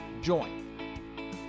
join